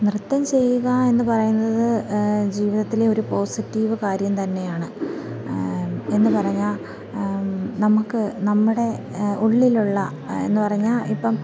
നൃത്തം ചെയ്യുക എന്ന് പറയുന്നത് ജീവിതത്തിൽ ഒരു പോസിറ്റീവ് കാര്യം തന്നെയാണ് എന്ന് പറഞ്ഞാൽ നമുക്ക് നമ്മുടെ ഉള്ളിലുള്ള എന്ന് പറഞ്ഞാൽ ഇപ്പം